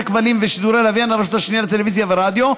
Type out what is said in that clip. כבלים ושידורי לוויין אל הרשות השנייה לטלוויזיה ולרדיו,